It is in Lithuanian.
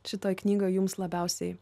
šitoj knygoj jums labiausiai